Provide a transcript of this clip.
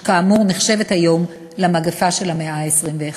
שכאמור נחשבת היום למגפה של המאה ה-21.